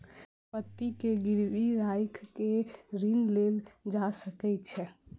संपत्ति के गिरवी राइख के ऋण लेल जा सकै छै